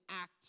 act